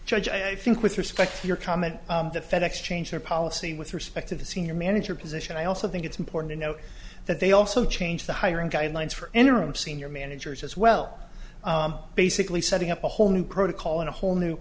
judge i think with respect to your comment the fed ex change their policy with respect to the senior manager position i also think it's important to note that they also changed the hiring guidelines for interim senior managers as well basically setting up a whole new protocol and a whole new